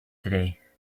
today